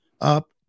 up